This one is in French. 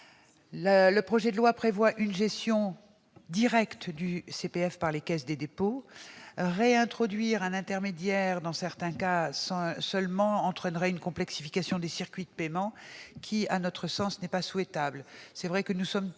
Le projet de loi prévoit une gestion directe du CPF par la Caisse des dépôts et consignations. Réintroduire un intermédiaire dans certains cas seulement entraînerait une complexification des circuits de paiement qui ne nous paraît pas souhaitable.